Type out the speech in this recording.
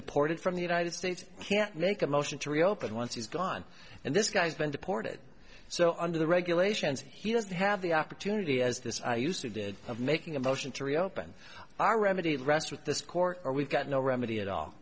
deported from the united states can't make a motion to reopen once he's gone and this guy's been deported so under the regulations he doesn't have the opportunity as this i used to did of making a motion to reopen our remedy rests with this court or we've got no remedy at all